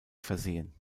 versehen